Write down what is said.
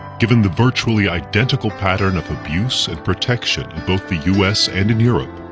given the virtually identical pattern of abuse and protection in both the u s. and in europe,